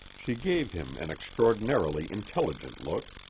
she gave him an extraordinarily intelligent look.